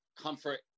comfort